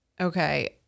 okay